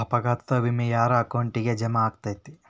ಅಪಘಾತ ವಿಮೆ ಯಾರ್ ಅಕೌಂಟಿಗ್ ಜಮಾ ಆಕ್ಕತೇ?